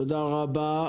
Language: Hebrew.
תודה רבה.